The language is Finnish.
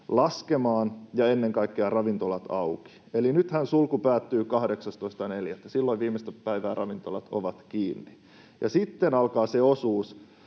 laskemaan ja ennen kaikkea ravintolat auki. Nythän sulku päättyy 18.4., eli silloin viimeistä päivää ravintolat ovat kiinni ja sitten alkaa se osuus,